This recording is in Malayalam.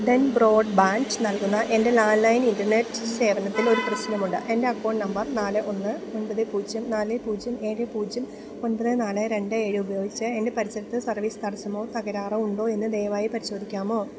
ഡെൻ ബ്രോഡ്ബാൻഡ് നൽകുന്ന എൻ്റെ ലാൻഡ്ലൈൻ ഇൻ്റർനെറ്റ് സേവനത്തിൽ ഒരു പ്രശ്നമുണ്ട് എൻ്റെ അക്കൌണ്ട് നമ്പർ നാല് ഒന്ന് ഒൻപത് പൂജ്യം നാല് പൂജ്യം ഏഴ് പൂജ്യം ഒൻപത് നാല് രണ്ട് ഏഴ് ഉപയോഗിച്ച് എൻ്റെ പരിസരത്ത് സർവീസ് തടസ്സമോ തകരാറോ ഉണ്ടോ എന്നു ദയവായി പരിശോധിക്കാമോ